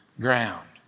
ground